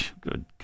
good